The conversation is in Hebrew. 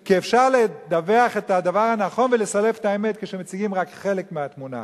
כי אפשר לדווח את הדבר הנכון ולסלף את האמת כשמציגים רק חלק מהתמונה.